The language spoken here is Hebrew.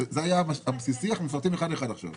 זה היה הבסיסי ואנחנו מפרטים אחד-אחד עכשיו.